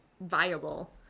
viable